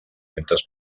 centes